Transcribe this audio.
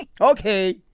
Okay